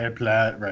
Right